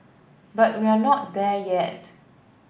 but we're not there yet